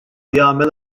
jagħmel